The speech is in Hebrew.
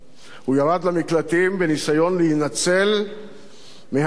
הוא ירד למקלטים בניסיון להינצל מהמדיניות